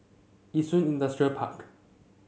Yishun Industrial Park